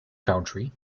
country